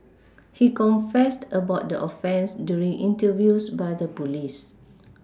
he confessed about the offence during interviews by the police